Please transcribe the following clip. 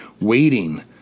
waiting